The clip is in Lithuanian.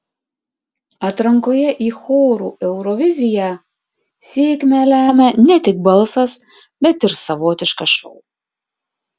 atrankoje į chorų euroviziją sėkmę lemia ne tik balsas bet ir savotiškas šou